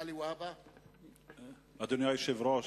אדוני היושב-ראש,